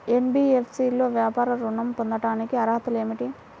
NBFC లో వ్యాపార ఋణం పొందటానికి అర్హతలు ఏమిటీ?